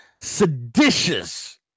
seditious